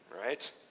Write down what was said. right